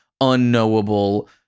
unknowable